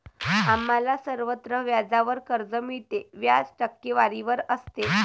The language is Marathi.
आम्हाला सर्वत्र व्याजावर कर्ज मिळते, व्याज टक्केवारीवर असते